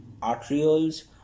arterioles